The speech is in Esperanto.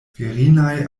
virinaj